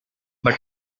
but